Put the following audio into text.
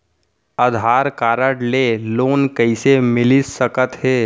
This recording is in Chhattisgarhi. आधार कारड ले लोन कइसे मिलिस सकत हे?